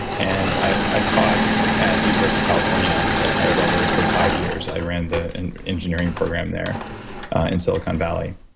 and i i taught at the university of california at higher level for five years. i ran the and engineering program there in silicon valley.